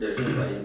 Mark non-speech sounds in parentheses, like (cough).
(coughs)